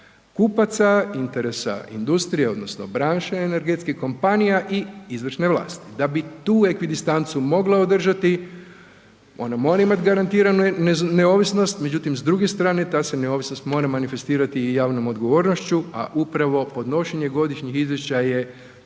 kupaca, interesa industrije odnosno branše energetskih kompanija i izvršne vlasti. Da bi tu ekvidistancu moglo održati, ona mora imati garantiranu neovisnost međutim s druge strane ta se neovisnost mora manifestirati i javnom odgovornošću a upravo podnošenje godišnjeg izvješća je